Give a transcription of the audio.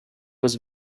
was